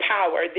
Power